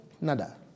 nada